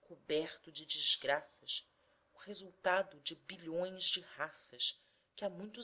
coberto de desgraças o resultado de bilhões de raças que há muito